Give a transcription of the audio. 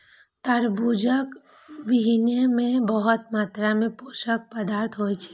तरबूजक बीहनि मे बहुत मात्रा मे पोषक पदार्थ होइ छै